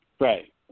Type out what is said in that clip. Right